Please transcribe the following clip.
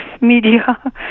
media